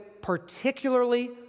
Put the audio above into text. particularly